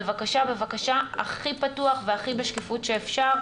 בבקשה, בבקשה, הכי פתוח והכי בשקיפות שאפשר.